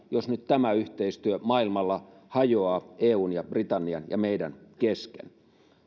jos nyt tämä yhteistyö maailmalla hajoaa eun britannian ja meidän kesken